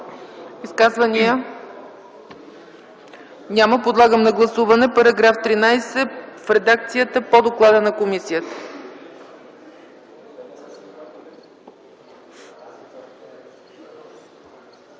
Изказвания? Няма. Подлагам на гласуване § 13 в редакцията по доклада на комисията.